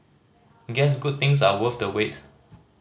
guess good things are worth the wait